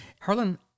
Harlan